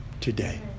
today